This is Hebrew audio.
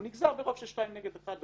הוא נגזר ברוב של שניים נגד אחד,